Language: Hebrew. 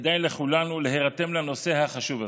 כדאי לכולנו להירתם לנושא החשוב הזה.